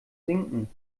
sinken